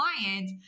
client